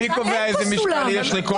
מי קובע איזה משקל יש לכל ערך במידתיות?